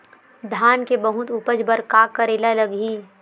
धान के बहुत उपज बर का करेला लगही?